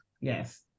Yes